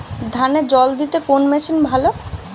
ধানে জল দিতে কোন মেশিন ভালো?